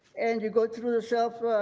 and you go to the self-pay,